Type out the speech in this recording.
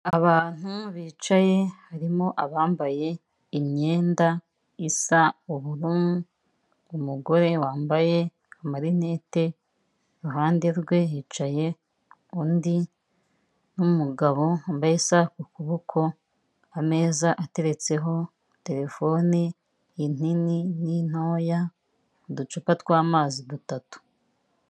Abantu bicaye harimo abambaye imyenda isa uburu umugore wambaye amarinete, iruhande rwe hicaye undi, n'umugabo wambaye isaaha ku kuboko, ameza ateretseho terefone inini n'intoya uducupa tw'amazi dutatu.